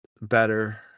better